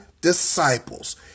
disciples